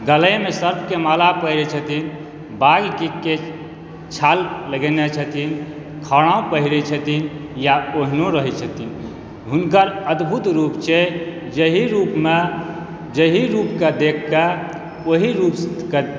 गलेमे सर्पके माला पहिरै छथिन बाघके छाल लगेने छथिन खड़ाउँ पहिरै छथिन या ओहिनो रहै छथिन हुनकर अद्भुत रूप छै जाहि रूपमे जाहि रूपके देखिके ओहि रूपके